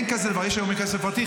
אין כזה דבר, יש היום כסף פרטי.